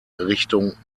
richtung